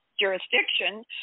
jurisdiction